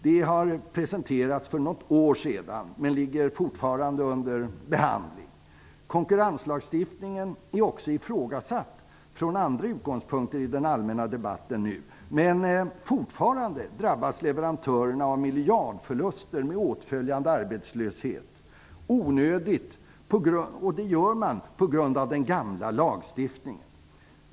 Förslaget presenterades för något år sedan, men det behandlas fortfarande. Konkurrenslagstiftningen ifrågasätts också från andra utgångspunkter i den allmänna debatten, men fortfarande drabbas leverantörerna av miljardförluster, med åtföljande arbetslöshet -- detta på grund av den gamla lagstiftningen. Det är onödigt.